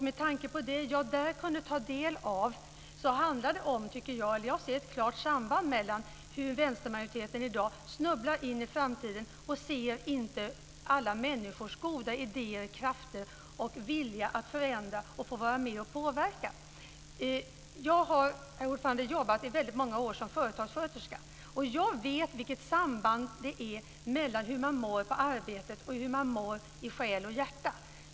Med tanke på vad jag där kunnat ta del av ser jag ett klart samband med hur vänstermajoriteten i dag snubblar in i framtiden utan att se alla människors goda idéer, kraft och vilja att förändra och få vara med och påverka. Herr talman! Jag har i många år jobbat som företagssköterska och känner till sambandet mellan hur man mår på arbetet och hur man mår i själ och hjärta.